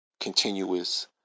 continuous